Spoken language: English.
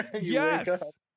Yes